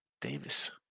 Davis